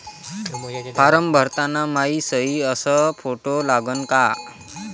Form भरताना मायी सयी अस फोटो लागन का?